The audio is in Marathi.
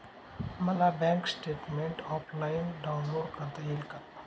मला बँक स्टेटमेन्ट ऑफलाईन डाउनलोड करता येईल का?